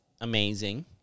amazing